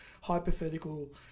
hypothetical